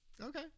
Okay